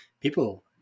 people